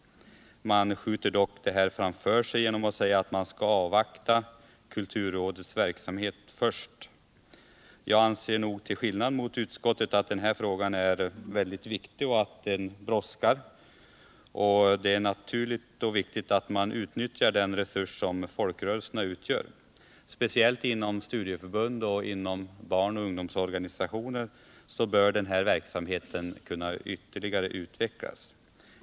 Man skjuter dock detta framför sig genom att säga att man skall avvakta kulturrådets verksamhet. Jag anser till skillnad från utskottet att denna fråga är viktig och brådskar, och det är naturligt och viktigt att man utnyttjar den resurs som folkrörelserna utgör. Speciellt inom studieförbund, barn och ungdomsorganisationer bör denna verksamhet kunna ytterligare utvecklas.